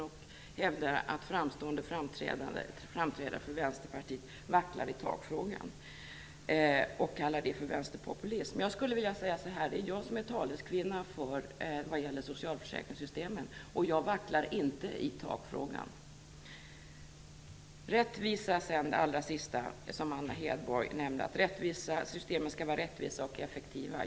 Hon hävdade att framstående företrädare för Vänsterpartiet vacklar i takfrågan och kallade det för vänsterpopulism. Men det är jag som är taleskvinna vad gäller socialförsäkringssystemen, och jag vacklar inte i takfrågan. Anna Hedborg nämnde slutligen att systemen skall vara rättvisa och effektiva.